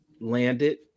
landed